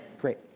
great